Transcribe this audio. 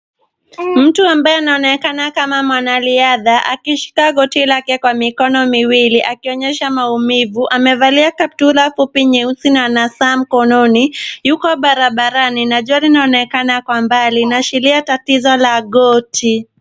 Mtu ambaye anaonekana kama mwanariadha, akishika koti lake kwa mikono miwili akionyesha maumivu. Amevalia kaptura fupi nyeusi na ana saa mkononi. Yuko barabarani na gari linaonekana kwa mbali. Inaashiria tatizo la goti.